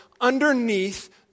underneath